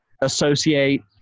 associate